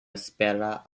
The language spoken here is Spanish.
espera